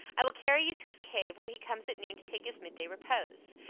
i will carry you to his cave, where he comes at noon to take his midday repose.